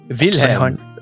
Wilhelm